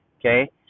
okay